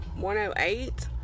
108